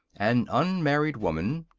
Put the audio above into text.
an unmarried woman,